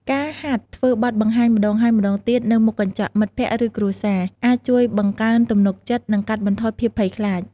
ការហាត់ធ្វើបទបង្ហាញម្តងហើយម្តងទៀតនៅមុខកញ្ចក់ មិត្តភក្តិ ឬគ្រួសារ អាចជួយបង្កើនទំនុកចិត្ត និងកាត់បន្ថយភាពភ័យខ្លាច។